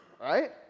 right